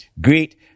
Greet